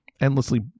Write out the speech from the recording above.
endlessly